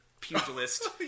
pugilist